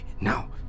now